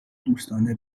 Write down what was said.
دوستانه